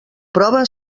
prova